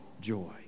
Joy